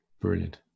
Brilliant